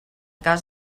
cas